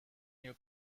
new